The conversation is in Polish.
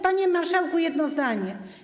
Panie marszałku, jedno zdanie.